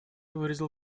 выразил